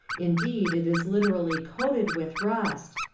indeed it is literally coated with rust.